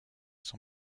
son